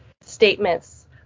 statements